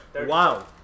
wow